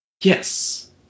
Yes